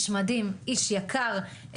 איש יקר,